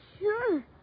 sure